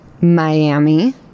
Miami